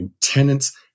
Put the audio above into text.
tenants